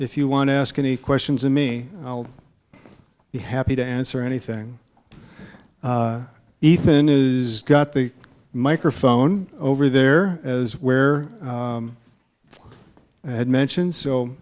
if you want to ask any questions of me i'll be happy to answer anything ethan is got the microphone over there as where i had mentioned so